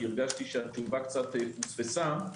כי הרגשתי שהתשובה פוספסה.